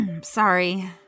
Sorry